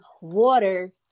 water